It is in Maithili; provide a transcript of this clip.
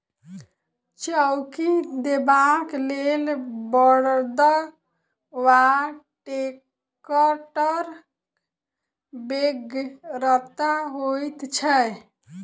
चौकी देबाक लेल बड़द वा टेक्टरक बेगरता होइत छै